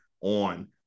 on